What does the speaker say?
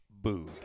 booed